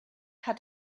hat